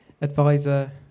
advisor